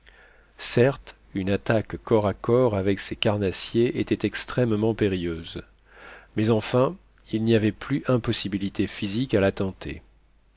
certes une attaque corps à corps avec ces carnassiers était extrêmement périlleuse mais enfin il n'y avait plus impossibilité physique à la tenter